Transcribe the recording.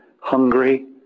hungry